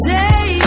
day